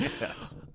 Yes